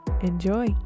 enjoy